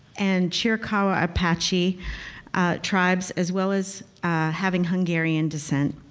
and chiricahua apache tribes, as well as having hungarian descent.